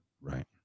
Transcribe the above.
Right